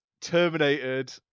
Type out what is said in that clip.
terminated